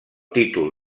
títol